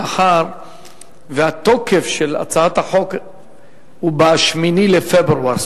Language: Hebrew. מאחר שהתוקף של הצעת החוק הוא ב-8 בפברואר.